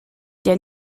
der